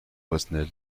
fresnel